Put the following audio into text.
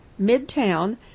Midtown